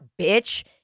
bitch